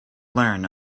learn